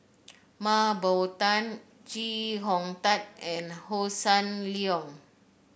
Mah Bow Tan Chee Hong Tat and Hossan Leong